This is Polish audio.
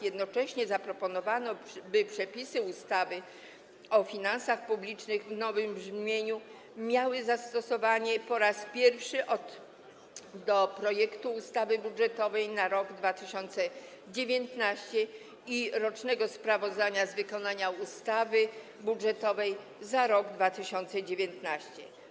Jednocześnie zaproponowano, by przepisy ustawy o finansach publicznych w nowym brzemieniu po raz pierwszy miały zastosowanie do projektu ustawy budżetowej na rok 2019 i rocznego sprawozdania z wykonania ustawy budżetowej za rok 2019.